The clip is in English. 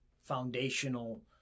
foundational